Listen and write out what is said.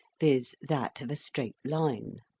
viz. that of a straight line.